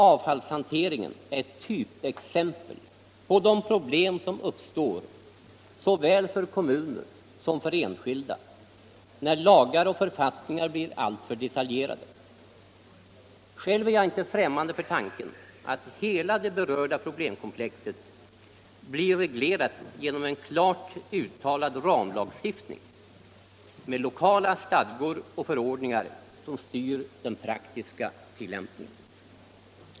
Avfallshanteringen är ett typexempel på de problem som uppstår för såväl kommuner som enskilda när lagar och författningar blir alltför detaljerade. Själv är jag inte främmande för tanken att hela det berörda problemkomplexet blir reglerat genom en klart uttalad ramlagstiftning med lokala stadgar och förordningar som styr den praktiska tillämpningen.